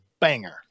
banger